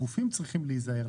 הגופים צריכים להיזהר,